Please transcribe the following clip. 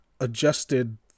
adjusted